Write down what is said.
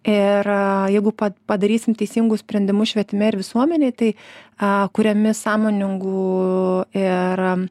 ir jeigu padarysim teisingus sprendimus švietime ir visuomenėj tai a kuriami sąmoningų ir